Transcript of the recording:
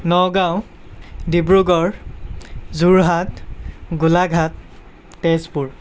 Nagaon Dibrugarh Jorhat Golaghat Tezpur